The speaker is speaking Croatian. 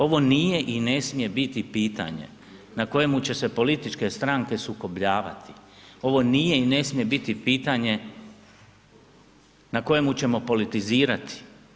Ovo nije i ne smije biti pitanje na kojemu će se političke stranke sukobljavati, ovo nije i ne smije biti pitanje na kojemu ćemo politizirati.